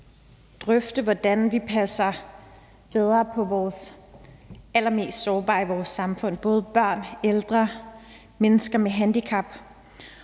drøfte, hvordan vi passer bedre på vores allermest sårbare i vores samfund, både børn, ældre og mennesker med handicap.